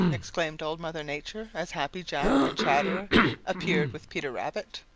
exclaimed old mother nature, as happy jack and chatterer appeared with peter rabbit.